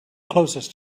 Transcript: closest